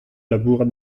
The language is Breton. labourat